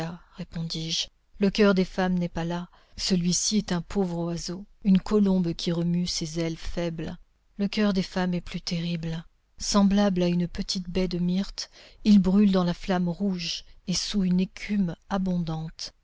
répondis-je le coeur des femmes n'est pas là celui-ci est un pauvre oiseau une colombe qui remue ses ailes faibles le coeur des femmes est plus terrible semblable à une petite baie de myrte il brûle dans la flamme rouge et sous une écume abondante